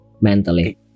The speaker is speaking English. Mentally